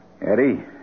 Eddie